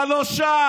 אתה לא שם.